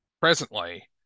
presently